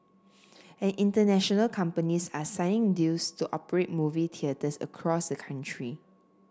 and international companies are signing deals to operate movie theatres across the country